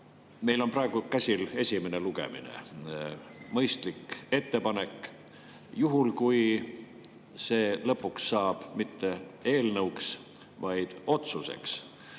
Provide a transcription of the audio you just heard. Meil on praegu käsil esimene lugemine. Mõistlik ettepanek, kui see lõpuks saab mitte eelnõuks, vaid otsuseks.